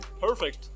Perfect